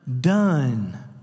Done